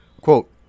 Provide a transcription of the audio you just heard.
Quote